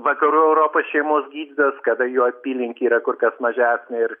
vakarų europos šeimos gydytojas kada jo apylinkė yra kur kas mažesnė ir